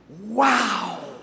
wow